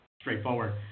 straightforward